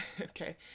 Okay